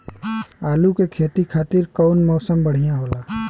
आलू के खेती खातिर कउन मौसम बढ़ियां होला?